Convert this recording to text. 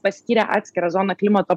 paskyrė atskirą zoną klimato